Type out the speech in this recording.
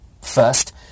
First